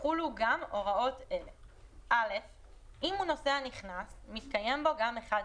יחולו גם הוראות אלה : אם הוא נוסע נכנס מתקיים בו גם אחד מאלה: